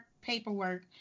paperwork